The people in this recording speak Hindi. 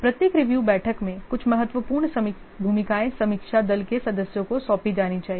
प्रत्येक रिव्यू बैठक में कुछ महत्वपूर्ण भूमिकाएं समीक्षा दल के सदस्यों को सौंपी जानी चाहिए